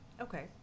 Okay